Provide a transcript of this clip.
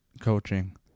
coaching